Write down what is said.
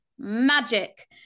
Magic